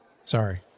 Sorry